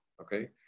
okay